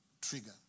trigger